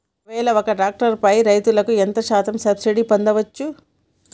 ఒక్కవేల ఒక్క ట్రాక్టర్ పై రైతులు ఎంత శాతం సబ్సిడీ పొందచ్చు?